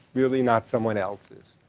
really not someone else's.